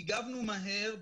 הגבנו מהר,